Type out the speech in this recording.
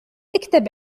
اِكتب